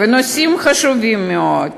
ונושאים חשובים מאוד,